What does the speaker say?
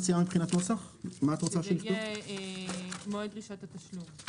שזה יהיה, מועד דרישת התשלום.